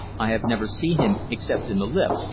i have never seen him except in the lift,